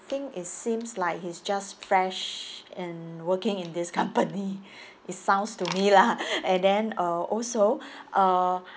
think it seems like he's just fresh and working in this company it sounds to me lah and then uh also uh